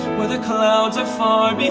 where the cloud are far